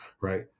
right